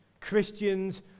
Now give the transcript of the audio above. Christians